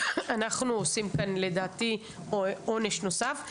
אנחנו עושים כאן לדעתי עונש נוסף.